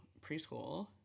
preschool